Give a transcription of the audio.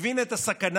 הבין את הסכנה